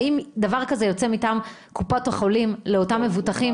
האם דבר כזה יוצא מטעם קופות החולים לאותם מבוטחים?